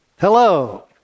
hello